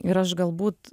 ir aš galbūt